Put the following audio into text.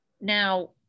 Now